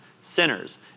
sinners